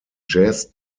jazz